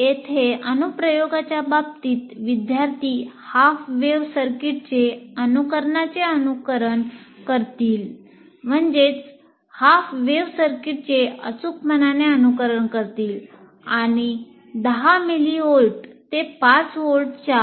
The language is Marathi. येथे अनुप्रयोगाच्या बाबतीत विद्यार्थी हाफ वेव्ह सर्किटचे अचूकपणाचे अनुकरण करतील आणि 10 मिलिव्होल्ट ते 5 व्होल्टच्या